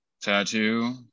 tattoo